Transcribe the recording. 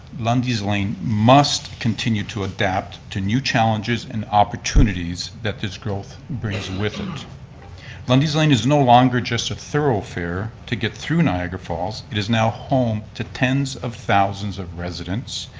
lundy's lane must continue to adapt to new challenges and opportunities that this growth brings with it lundy's lane is no longer just a thoroughfair to get through niagara falls, it is now home to tens of thousands of residents,